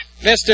Mr